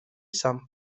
san